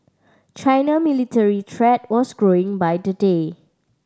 China military threat was growing by the day